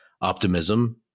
optimism